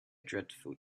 dreadful